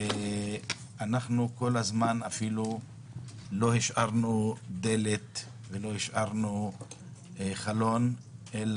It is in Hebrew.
לא השארנו דלת ולא השארנו חלון שלא